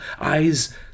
eyes